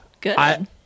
Good